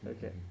Okay